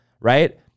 right